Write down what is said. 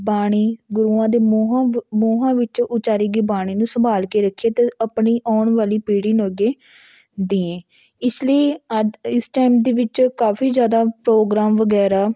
ਬਾਣੀ ਗੁਰੂਆਂ ਦੇ ਮੂੰਹੋਂ ਮੂੰਹਾਂ ਵਿੱਚੋਂ ਉਚਾਰੀ ਗਈ ਬਾਣੀ ਨੂੰ ਸੰਭਾਲ ਕੇ ਰੱਖੀਏ ਅਤੇ ਆਪਣੀ ਆਉਣ ਵਾਲੀ ਪੀੜੀ ਨੂੰ ਅੱਗੇ ਦੇ ਇਸ ਲਈ ਅੱਜ ਇਸ ਟਾਈਮ ਦੇ ਵਿੱਚ ਕਾਫੀ ਜ਼ਿਆਦਾ ਪ੍ਰੋਗਰਾਮ ਵਗੈਰਾ